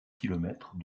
kilomètres